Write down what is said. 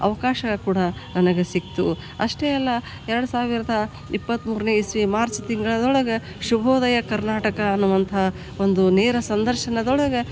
ಅವಕಾಶ ಕೂಡ ನನಗೆ ಸಿಕ್ತು ಅಷ್ಟೇ ಅಲ್ಲ ಎರಡು ಸಾವಿರದ ಇಪ್ಪತ್ತ್ಮೂರನೇ ಇಸವಿ ಮಾರ್ಚ್ ತಿಂಗ್ಳಳ್ದೊಳಗೆ ಶುಭೋದಯ ಕರ್ನಾಟಕ ಅನ್ನುವಂಥ ಒಂದು ನೇರ ಸಂದರ್ಶನದೊಳಗೆ